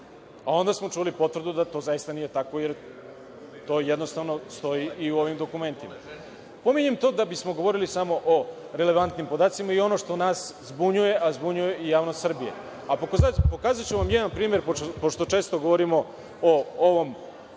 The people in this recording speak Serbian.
Onda smo čuli potvrdu da to zaista nije tako, jer to jednostavno stoji i u ovim dokumentima. Pominjem to da bismo govorili samo o relevantnim podacima i ono što nas zbunjuje, a zbunjuje i javnost Srbije. Pokazaću vam jedan primer, pošto često govorimo o ovom konkretnom